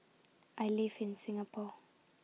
I live in Singapore